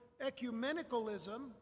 ecumenicalism